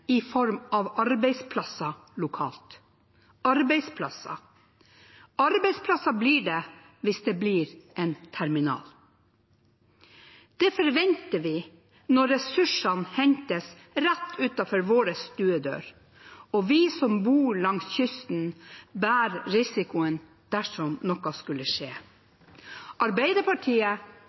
i form av arbeidsplasser lokalt – arbeidsplasser. Arbeidsplasser blir det hvis det blir en terminal. Det forventer vi når ressursene hentes rett utenfor vår stuedør, og vi som bor langs kysten, bærer risikoen dersom noe skulle skje. Arbeiderpartiet